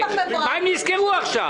מה הם נזכרו עכשיו?